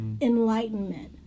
enlightenment